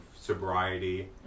sobriety